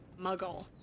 muggle